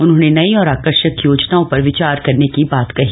उन्होंने नयी और आकर्षक योजनाओं पर विचार करने की बात कही